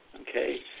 Okay